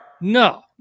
No